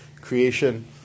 creation